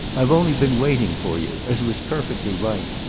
i've only been waiting for you as was perfectly right.